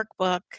workbook